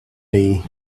day